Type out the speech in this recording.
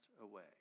away